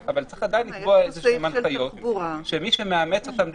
אבל צריך לדעת לקבוע איזשהן הנחיות שמי שמאמץ אותן זה